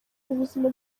ubuzima